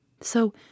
So